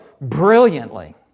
brilliantly